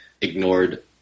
ignored